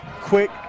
quick